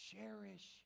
Cherish